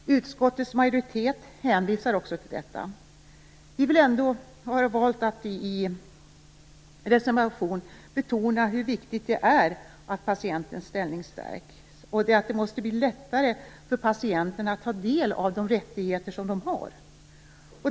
Utskottets majoritet hänvisar också till detta. I en reservation har vi ändå betonat hur viktigt det är att patientens ställning stärks. Det måste också bli lättare för patienterna att ta del av de rättigheter de har.